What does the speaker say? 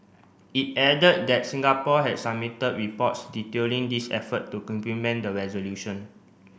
it added that Singapore had submitted reports detailing this effort to implement the resolution